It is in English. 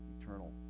eternal